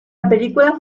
película